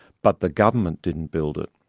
but the government didn't build it.